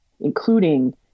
including